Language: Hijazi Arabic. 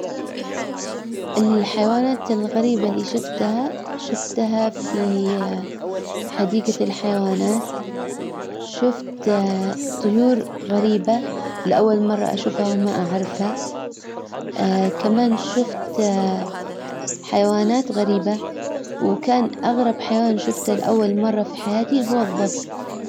الحيوانات الغريبة اللي شفتها شفتها في حديقة الحيوانات. شفت طيور غريبة لاول مرة اشوفها وما اعرفها. كمان شفت حيوانات غريبة. وكان اغرب حيوان شفته لاول مرة في حياتي هو الظبي.